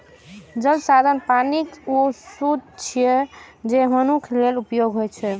जल संसाधन पानिक ऊ स्रोत छियै, जे मनुक्ख लेल उपयोगी होइ